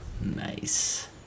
nice